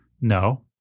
no